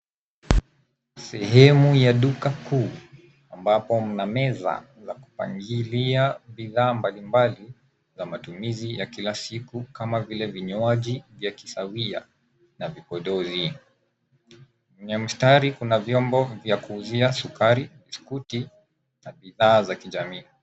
Sehemu ya duka kuu ambapo mna meza za kupangilia bidhaa mbalimbali za matumizi ya kila siku, kama vile vinywaji vya kisawia na vipodozi. Kwenye mstari, kuna vyombo vya kuuzia sukari, biskuti na bidhaa za kijamii.